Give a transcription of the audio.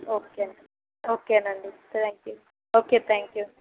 okay అండి okay అండి thank you okay అండి థ్యాంక్ యూ